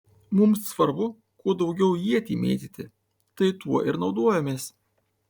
mums svarbu kuo daugiau ietį mėtyti tai tuo ir naudojamės